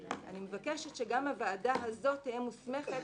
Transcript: אני מבקשת שגם הוועדה הזו תהא מוסמכת